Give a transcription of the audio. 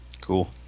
Cool